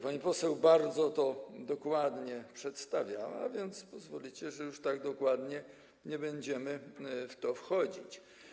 Pani poseł bardzo dokładnie to przedstawiła, więc pozwolicie, że już tak dokładnie nie będę w to wchodzić.